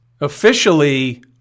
Officially